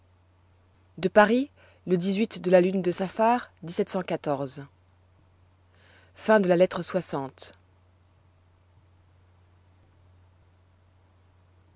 de paris le de la lune de saphar lettre